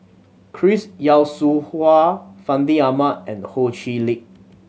Chris Yeo Siew Hua Fandi Ahmad and Ho Chee Lick